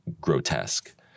grotesque